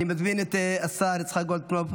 אני מזמין את השר יצחק גולדקנופ,